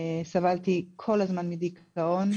סבלתי כל הזמן מדיכאון.